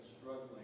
struggling